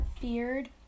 feared